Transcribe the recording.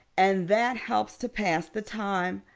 and that helps to pass the time.